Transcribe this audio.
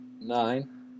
nine